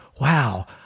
wow